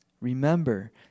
remember